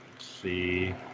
see